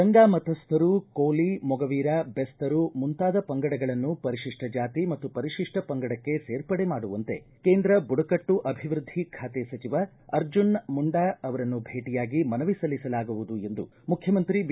ಗಂಗಾಮತಸ್ಥರು ಕೋಲಿ ಮೊಗವೀರ ಬೆಸ್ತರು ಮುಂತಾದ ಪಂಗಡಗಳನ್ನು ಪರಿಶಿಷ್ಟ ಜಾತಿ ಮತ್ತು ಪರಿಶಿಷ್ಟ ಪಂಗಡಕ್ಕೆ ಸೇರ್ಪಡೆ ಮಾಡುವಂತೆ ಕೇಂದ್ರ ಬುಡಕಟ್ಟು ಅಭಿವೃದ್ಧಿ ಖಾತೆ ಸಚಿವ ಅರ್ಜುನ ಮುಂಡಾ ಅವರನ್ನು ಭೇಟಿಯಾಗಿ ಮನವಿ ಸಲ್ಲಿಸಲಾಗುವುದು ಎಂದು ಮುಖ್ಯಮಂತ್ರಿ ಬಿ